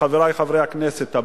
חברי חברי הכנסת,